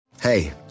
Hey